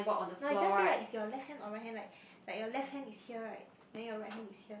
no you just say like if your left hand or right hand like like your left hand is here right then your right hand is here